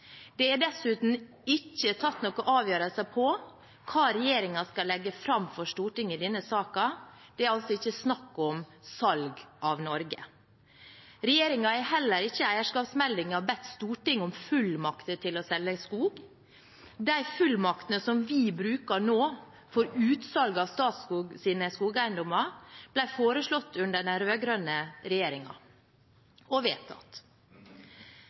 Det er dessuten ikke tatt noen avgjørelser på hva regjeringen skal legge fram for Stortinget i denne saken. Det er altså ikke snakk om salg av Norge! Regjeringen har heller ikke i eierskapsmeldingen bedt Stortinget om fullmakter til å selge skog. De fullmaktene som vi bruker nå for utsalg av Statskogs skogeiendommer, ble foreslått under den rød-grønne regjeringen – og vedtatt.